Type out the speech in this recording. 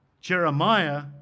Jeremiah